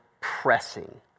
pressing